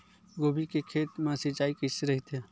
गोभी के खेत मा सिंचाई कइसे रहिथे?